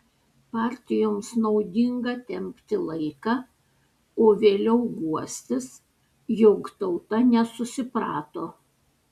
partijoms naudinga tempti laiką o vėliau guostis jog tauta nesusiprato